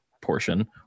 portion